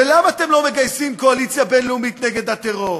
ולמה אתם לא מגייסים קואליציה בין-לאומית נגד הטרור?